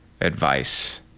advice